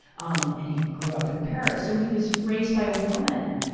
um and he grew up in paris, so he was raised by a woman.